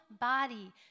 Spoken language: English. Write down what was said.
body